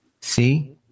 See